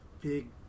big